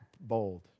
bold